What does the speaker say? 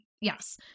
Yes